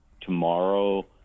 Tomorrow